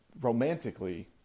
Romantically